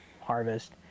harvest